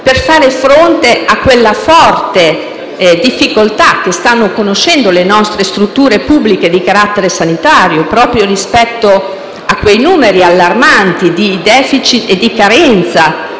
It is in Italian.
per far fronte a quella forte difficoltà che stanno conoscendo le nostre strutture pubbliche di carattere sanitario, proprio rispetto a numeri allarmanti di *deficit* e carenza